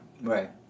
Right